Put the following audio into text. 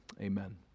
Amen